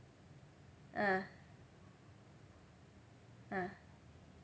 ah ah